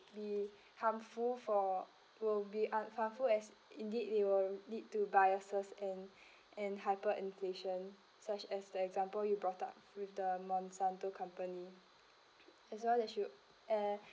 be harmful for will be uh harmful as indeed they will lead to biases and and hyper inflation such as the example you brought up with the monsanto company as well as you eh